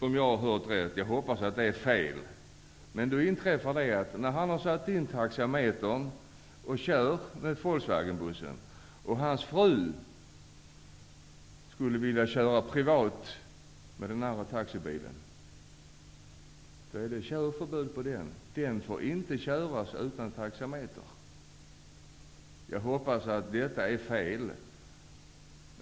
Om jag har förstått rätt -- jag hoppas att jag har fel -- inträffar då en komplikation. Ägaren har alltså satt in taxametern i Volkswagenbussen och kör med den. Hans fru skulle vilja köra privat med den andra taxibilen. Det är då körförbud på taxibilen. Den får inte köras utan taxameter. Jag hoppas att detta är fel.